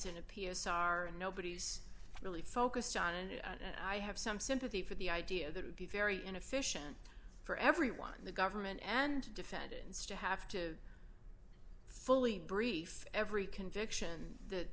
in a p s r and nobody's really focused on it and i have some sympathy for the idea that would be very inefficient for everyone in the government and defendants to have to fully brief every conviction that